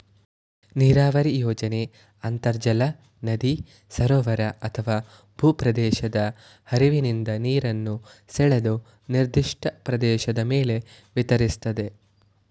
ನೀರಾವರಿ ಯೋಜನೆ ಅಂತರ್ಜಲ ನದಿ ಸರೋವರ ಅಥವಾ ಭೂಪ್ರದೇಶದ ಹರಿವಿನಿಂದ ನೀರನ್ನು ಸೆಳೆದು ನಿರ್ದಿಷ್ಟ ಪ್ರದೇಶದ ಮೇಲೆ ವಿತರಿಸ್ತದೆ